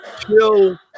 Kill